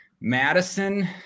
Madison